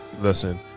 Listen